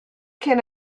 can